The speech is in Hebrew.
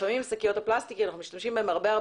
לפעמים אם אנחנו משתמשים בשקיות הפלסטיק הרבה פעמים,